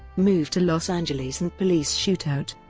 move to los angeles and police shootout